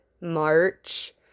March